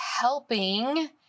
helping